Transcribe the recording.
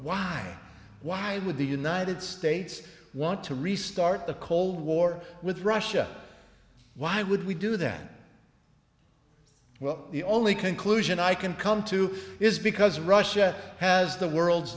why why would the united states want to restart the cold war with russia why would we do that well the only conclusion i can come to is because russia has the world's